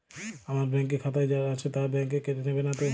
আমার ব্যাঙ্ক এর খাতায় যা টাকা আছে তা বাংক কেটে নেবে নাতো?